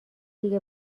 دیگه